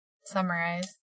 summarize